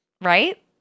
right